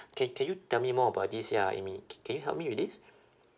can can you tell me more about this ya amy c~ can you help me with this